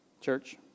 Church